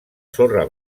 sorra